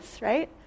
right